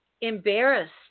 embarrassed